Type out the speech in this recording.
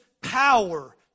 power